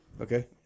Okay